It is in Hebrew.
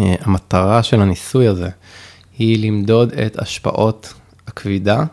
המטרה של הניסוי הזה היא למדוד את השפעות הכבידה,